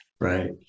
Right